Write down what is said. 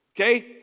okay